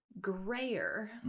grayer